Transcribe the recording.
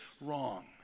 Wrong